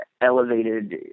elevated